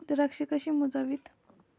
द्राक्षे कशी मोजावीत?